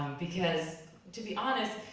um because, to be honest,